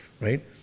right